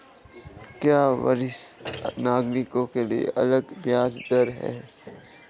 क्या वरिष्ठ नागरिकों के लिए अलग ब्याज दर है?